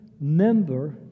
member